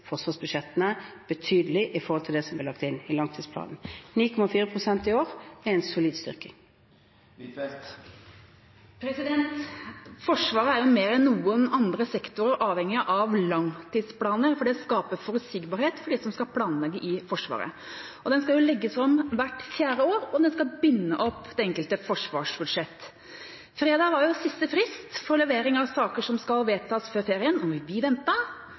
forsvarsbudsjettene betydelig i forhold til det som ble lagt inn i langtidsplanen. 9,4 pst. i år er en solid styrking. Forsvaret er mer enn noen andre sektorer avhengig av langtidsplaner, for det skaper forutsigbarhet for dem som skal planlegge i Forsvaret. Den skal legges fram hvert fjerde år, og den skal binde opp det enkelte forsvarsbudsjett. Fredag var siste frist for levering av saker som skal vedtas før ferien. Vi ventet, men det kom ingen langtidsplan. Dette er første gang siden vi